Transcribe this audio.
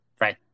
Right